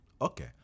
Okay